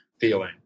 feeling